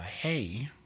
hey